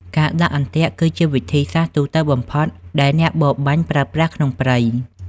ការដាក់អន្ទាក់គឺជាវិធីសាស្ត្រទូទៅបំផុតដែលអ្នកបរបាញ់ប្រើប្រាស់ក្នុងព្រៃ។